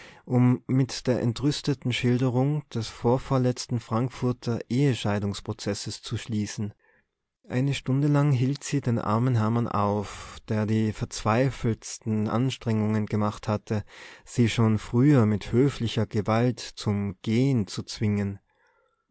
um mit der entrüsteten schilderung des vorvorletzten frankfurter ehescheidungsprozesses zu schließen eine stunde lang hielt sie den armen hermann auf der die verzweifeltsten anstrengungen gemacht hatte sie schon früher mit höflicher gewalt zum gehen zu zwingen